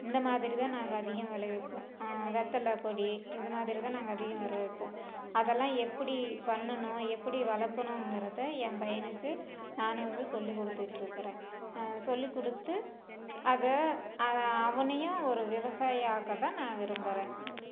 இந்த மாதிரி தான் நாங்கள் அதிகம் விளைவிப்போம் வெத்தலை கொடி இது மாதிரி தான் நாங்கள் அதிகம் விளைவிப்போம் அதெல்லாம் எப்படி பண்ணணும் எப்படி வளர்க்கணுங்கிறத என் பையனுக்கு நானு வந்து சொல்லி கொடுத்துக்கிட்டு இருக்குகிறேன் சொல்லி கொடுத்து அதை அதை அவனையும் ஒரு விவசாயி ஆக்க தான் நான் விரும்புகிறேன்